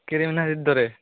কেৰী মিনাতীৰ দৰে